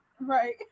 right